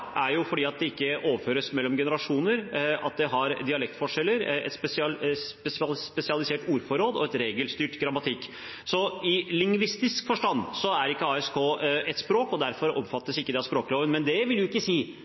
dialektforskjeller, et spesialisert ordforråd og en regelstyrt grammatikk. I lingvistisk forstand er altså ikke ASK et språk, og derfor omfattes det ikke av språkloven. Men det vil jo ikke si